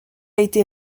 été